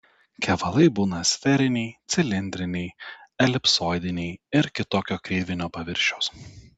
kevalai būna sferiniai cilindriniai elipsoidiniai ir kitokio kreivinio paviršiaus